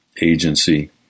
agency